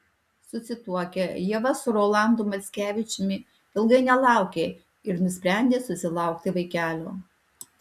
susituokę ieva su rolandu mackevičiumi ilgai nelaukė ir nusprendė susilaukti vaikelio